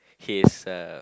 his uh